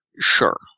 Sure